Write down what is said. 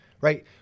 right